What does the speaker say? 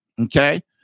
Okay